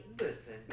Listen